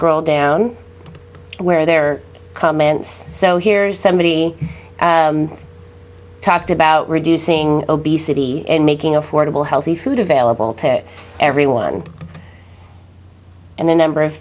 scroll down where there are comments so here's somebody talked about reducing obesity and making affordable healthy food available to everyone and the number of